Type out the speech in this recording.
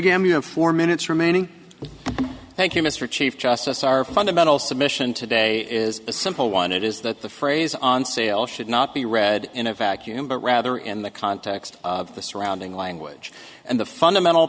have four minutes remaining thank you mr chief justice our fundamental submission today is a simple one it is that the phrase on sale should not be read in a vacuum but rather in the context of the surrounding language and the fundamental